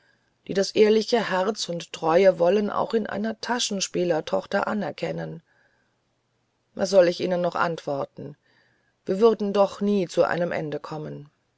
die das ehrliche herz und treue wollen auch in einer taschenspielerstochter anerkennen was soll ich ihnen noch antworten wir würden doch nie zu einem ende kommen